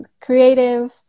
Creative